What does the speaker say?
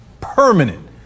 permanent